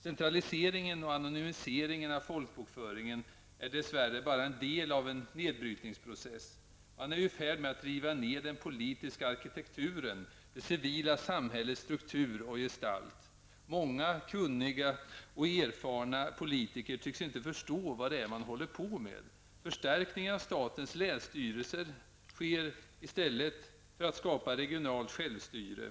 Centraliseringen och anonymiseringen av folkbokföringen är dess värre bara en del av en nedbrytningsprocess. Man är i färd med att riva ned den politiska arkitekturen, det civila samhällets struktur och gestalt. Många kunniga och erfarna politiker tycks inte förstå vad det är man håller på med. Förstärkningen av statens länsstyrelser sker i stället för att skapa regionalt självstyre.